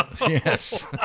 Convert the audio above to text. yes